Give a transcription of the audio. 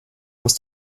muss